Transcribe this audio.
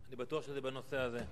אני בטוח שזה בנושא הזה.